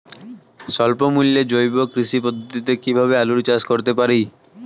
স্বল্প মূল্যে জৈব কৃষি পদ্ধতিতে কীভাবে আলুর চাষ করতে পারি?